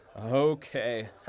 Okay